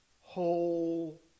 whole